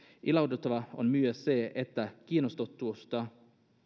ilahduttavaa on myös se että kiinnostusta